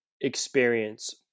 experience